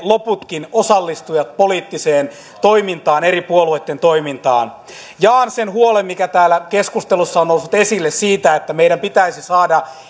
loputkin poliittiseen toimintaan eri puolueitten toimintaan osallistuvat jaan sen huolen mikä täällä keskustelussa on noussut esille että meidän pitäisi saada